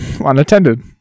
unattended